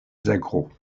zagros